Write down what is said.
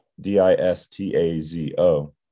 D-I-S-T-A-Z-O